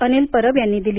अनिल परब यांनी दिली